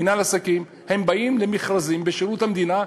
מינהל עסקים כשהם באים למכרזים בשירות המדינה,